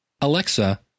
Alexa